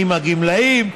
עם הגמלאים,